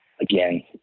Again